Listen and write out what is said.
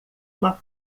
uma